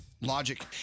Logic